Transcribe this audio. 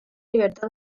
libertad